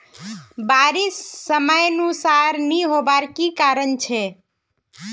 बारिश समयानुसार नी होबार की कारण छे?